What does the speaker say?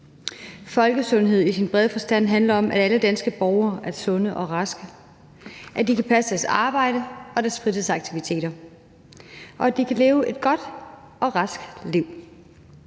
Folkesundhed i bred forstand handler om, at alle danske borgere er sunde og raske, at de kan passe deres arbejde og deres fritidsaktiviteter, og at de kan leve et godt og rask liv.